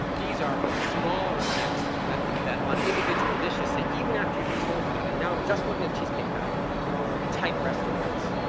these are smaller effects that, that on individual dishes say even after you control for that and now i'm just looking at cheesecake factory type restaurants,